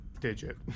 digit